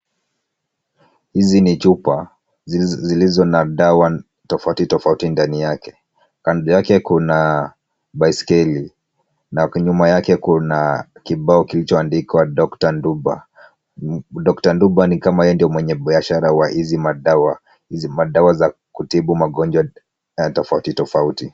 Hizi ni chupa zilizo na dawa tofauti tofauti ndani yake. Kando yake kuna baiskeli na nyuma yake kuna kibao kilichoandikwa Doctor . Nduba. Dr Nduba ni kama yeye ndio mwenye biashara wa hizi madawa. Hizi madawa za kutibu magonjwa tofauti tofauti.